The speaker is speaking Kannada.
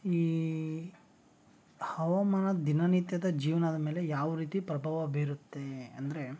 ಈ ಹವಾಮಾನ ದಿನ ನಿತ್ಯದ ಜೀವನದ ಮೇಲೆ ಯಾವ ರೀತಿ ಪ್ರಭಾವ ಬೀರುತ್ತೆ ಅಂದರೆ